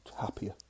happier